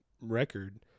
record